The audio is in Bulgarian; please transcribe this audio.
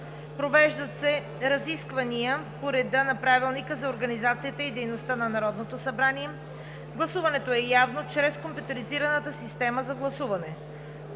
Провеждат се разисквания по реда на Правилника за организацията и дейността на Народното събрание. 5. Гласуването е явно чрез компютризираната система за гласуване.